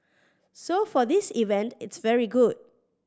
so for this event it's very good